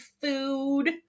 food